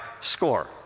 score